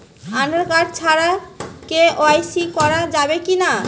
Aadhaar card ছাড়া KYC করা যাবে কি না?